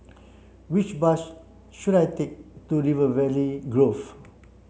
which bus should I take to River Valley Grove